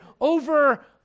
over